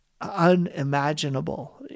unimaginable